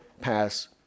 pass